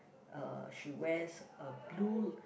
uh she wears a blue